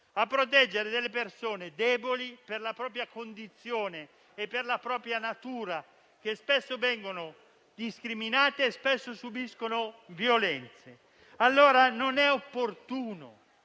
a questo serve) delle persone deboli per la propria condizione e per la propria natura, che spesso vengono discriminate e subiscono violenze. Non è quindi opportuno,